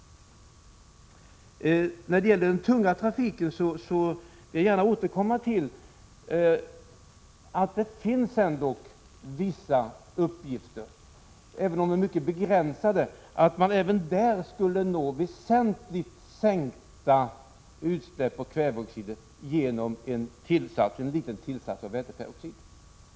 När det gäller den tunga trafiken vill jag återkomma till att det ändock finns vissa uppgifter — om även i mycket begränsad omfattning — om att man också beträffande denna skulle kunna nå väsentliga sänkningar av utsläppen av kväveoxider, nämligen genom en liten tillsats av väteperoxid.